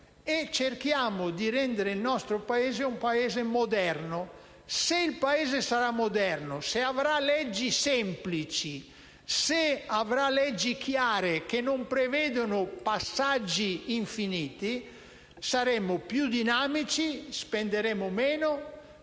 e cerchiamo di rendere il nostro Paese moderno. Se il Paese sarà moderno, se avrà leggi semplici, se avrà leggi chiare che non prevedono passaggi infiniti, saremo più dinamici, spenderemo meno,